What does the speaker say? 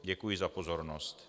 Děkuji za pozornost.